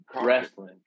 wrestling